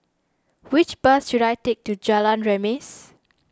which bus should I take to Jalan Remis